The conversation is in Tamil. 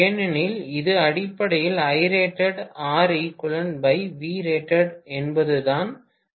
ஏனெனில் இது அடிப்படையில் Irated Req Vrated என்பதுதான் Req